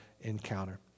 encounter